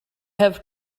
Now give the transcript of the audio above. have